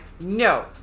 No